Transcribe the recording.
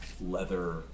leather